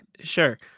sure